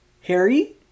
harry